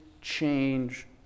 change